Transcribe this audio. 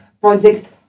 project